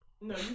No